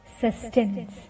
sustenance